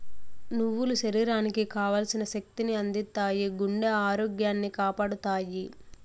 నువ్వులు శరీరానికి కావల్సిన శక్తి ని అందిత్తాయి, గుండె ఆరోగ్యాన్ని కాపాడతాయి